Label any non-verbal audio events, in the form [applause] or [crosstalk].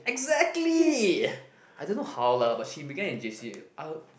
exactly [breath] I don't know how lah but she began in J_C uh